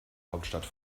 hauptstadt